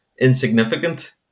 insignificant